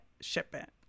shipment